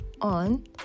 on